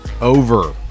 over